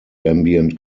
ambient